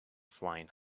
flying